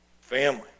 family